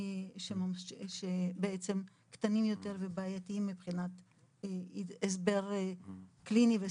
קטנים ובעייתיים מבחינת הסבר קליני וסטטיסטי.